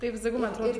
taip sakau man atrodo